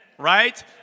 Right